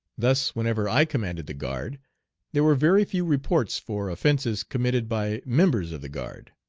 thus whenever i commanded the guard there were very few reports for offences committed by members of the guard.